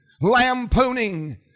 lampooning